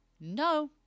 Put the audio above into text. no